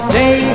day